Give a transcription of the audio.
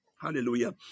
hallelujah